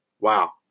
wow